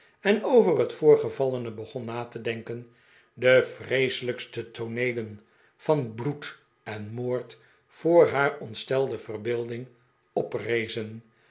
en over het voorgevallene begon na te denken de vreeselijkste tooneeleh van bloed en moord voor haar ontstelde verbeelding oprezen